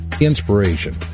inspiration